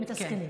מסתכלים.